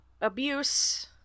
Abuse